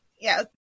Yes